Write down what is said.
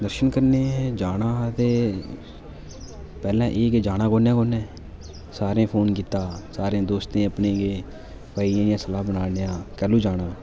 दर्शन करने जाना हा ते पैह्ले एह् के जाना कुन्नै कुन्नै सारें ई फोन कीता सारें दोस्तें अपने गै भाई इ'यां इ'यां सलाह् बनान्ने आं कैह्लूं जाना